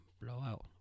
blowout